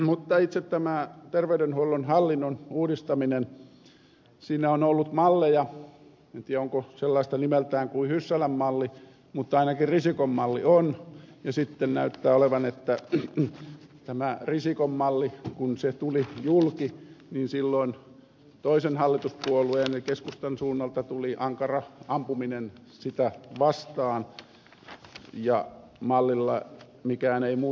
mutta itse tässä terveydenhuollon hallinnon uudistamisessa on ollut malleja en tiedä onko sellaista nimeltään kuin hyssälän malli mutta ainakin risikon malli on ja sitten näyttää olevan että kun tämä risikon malli tuli julki niin silloin toisen hallituspuolueen eli keskustan suunnalta tuli ankara ampuminen sitä vastaan mallilla mikään ei muuttua saa